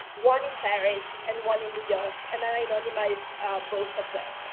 one in paris and one in new york, and then i anonymize both of them